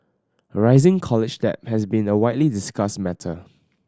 rising college debt has been a widely discussed matter